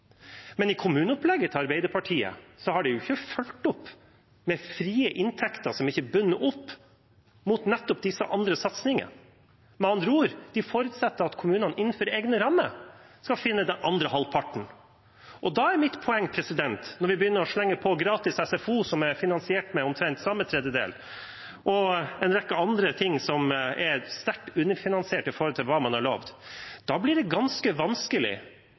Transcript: Men i kommuneopplegget til Arbeiderpartiet har man ikke fulgt opp med frie inntekter som ikke er bundet opp mot nettopp disse andre satsingene. Med andre ord: De forutsetter at kommunene innenfor egne rammer skal finne den andre halvparten. Da er mitt poeng – når vi slenger på gratis SFO, som er finansiert med omtrent en lik tredjedel, og en rekke annet som er sterkt underfinansiert i forhold til hva man har lovt – at det blir ganske vanskelig